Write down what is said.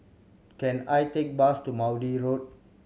can I take bus to Maude Road